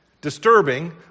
disturbing